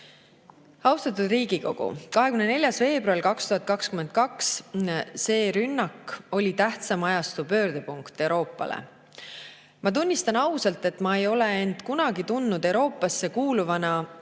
hoida. Austatud Riigikogu! 24. veebruaril 2022 toime pandud rünnak oli tähtsaim ajastu pöördepunkt Euroopale. Ma tunnistan ausalt, et ma ei ole end kunagi tundnud nii Euroopasse kuuluvana,